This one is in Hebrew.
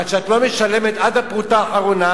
עד שאת לא משלמת עד הפרוטה האחרונה,